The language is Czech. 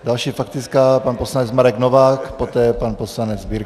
Další faktická pan poslanec Marek Novák, poté pan poslanec Birke.